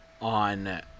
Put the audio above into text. on